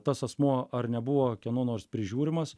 tas asmuo ar nebuvo kieno nors prižiūrimas